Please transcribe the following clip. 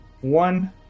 one